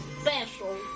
special